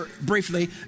briefly